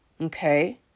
okay